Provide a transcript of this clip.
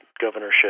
governorship